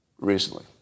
recently